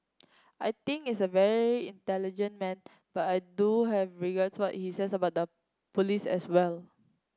I think is a very intelligent man but I do have regard what he says about the police as well